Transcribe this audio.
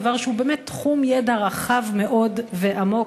דבר שהוא באמת תחום ידע רחב מאוד ועמוק,